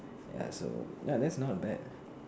ya so ya that's not bad